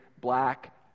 black